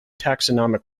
taxonomic